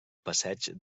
passeig